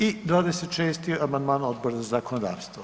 I 26. amandman Odbora za zakonodavstvo.